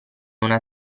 una